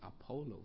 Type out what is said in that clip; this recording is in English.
Apollo